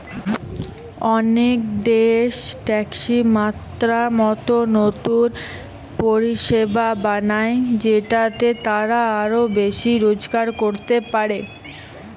অনেক দেশ ট্যাক্সের মাত্রা মতো নতুন পরিষেবা বানায় যেটাতে তারা আরো বেশি রোজগার করতে পারে